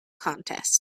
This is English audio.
contest